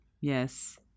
Yes